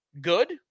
good